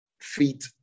feet